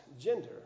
gender